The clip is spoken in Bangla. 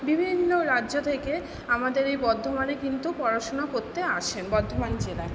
বিভিন্ন রাজ্য থেকে আমাদের এই বর্ধমানে কিন্তু পড়াশুনা করতে আসে বর্ধমান জেলায়